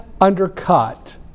undercut